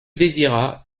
désirat